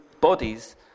bodies